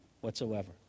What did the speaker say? whatsoever